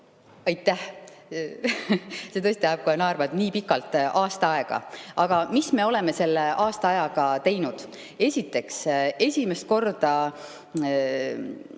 Aitäh! See tõesti ajab kohe naerma, et nii pikalt, aasta aega. Aga mis me oleme selle aasta ajaga teinud? Esiteks, esimest korda